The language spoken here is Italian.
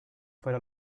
fare